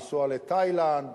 לנסוע לתאילנד,